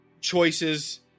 choices